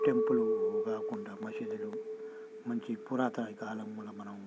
temple గాకుండా మసీదులు మంచి పురాతన కాలంలో మనం